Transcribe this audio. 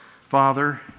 Father